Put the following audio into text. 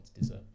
deserve